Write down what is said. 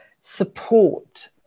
support